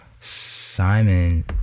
simon